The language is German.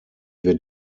wird